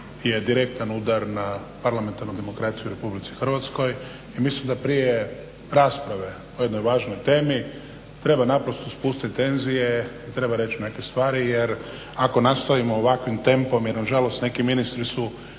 je direktan udar na parlamentarnu demokraciju u Republici Hrvatskoj i mislim da prije rasprave o jednoj važnoj temi treba naprosto spustiti tenzije. Treba reći neke stvari jer ako nastojimo ovakvim tempom jer nažalost neki ministri su